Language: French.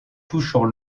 touchant